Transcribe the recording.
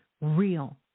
real